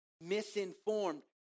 misinformed